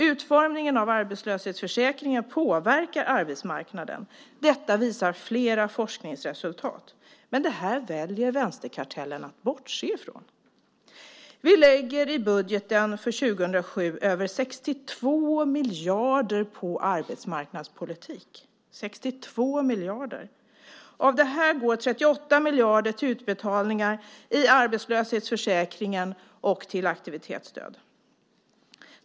Utformningen av arbetslöshetsförsäkringen påverkar arbetsmarknaden. Det visar flera forskningsresultat. Men det väljer vänsterkartellen att bortse från. Vi lägger i budgeten för 2007 över 62 miljarder på arbetsmarknadspolitik - 62 miljarder. Av det går 38 miljarder till utbetalningar i arbetslöshetsförsäkringen och till aktivitetsstöd.